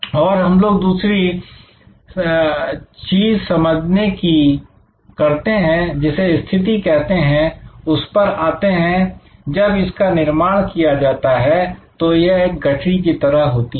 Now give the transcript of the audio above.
अब हम लोग दूसरी समझने की चीज जिसे स्थिति कहते हैं उस पर आते हैं जब इसका निर्माण किया जाता है तो यह एक गठरी की तरह होती है